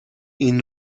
این